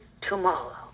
tomorrow